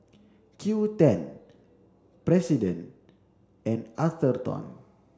Q ten President and Atherton